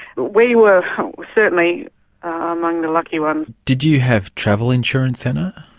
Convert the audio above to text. we were certainly among the lucky ones. did you have travel insurance, anna?